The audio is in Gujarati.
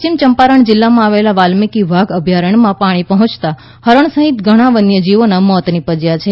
પશ્ચિમ ચંપારણ જિલ્લામાં આવેલા વાલ્મિકી વાઘ અભ્યારણ્યમાં પાણી પહોંચતા હરણ સહિત ઘણા વન્યજીવોના મોત નીપજ્યા છે